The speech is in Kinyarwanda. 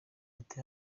ati